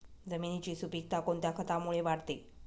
जमिनीची सुपिकता कोणत्या खतामुळे वाढते?